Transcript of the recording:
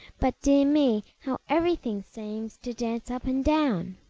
but, dear me! how everything seems to dance up and down!